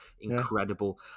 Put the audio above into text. incredible